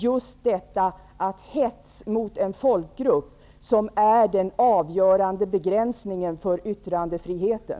Är inte hets mot folkgrupp en avgörande begränsning av yttrandefriheten?